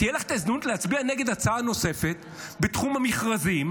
תהיה לך את הזדמנות להצביע נגד הצבעה נוספת בתחום המכרזים,